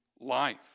life